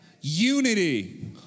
unity